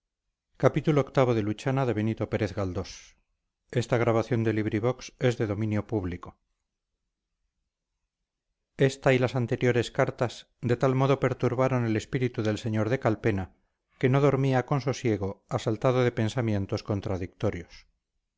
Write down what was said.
esta y las anteriores cartas de tal modo perturbaron el espíritu del sr de calpena que no dormía con sosiego asaltado de pensamientos contradictorios